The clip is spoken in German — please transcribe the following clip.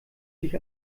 sich